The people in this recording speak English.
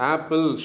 Apple